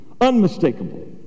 unmistakable